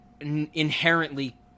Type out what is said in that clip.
inherently –